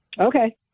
okay